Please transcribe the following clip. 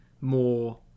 more